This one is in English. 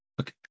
okay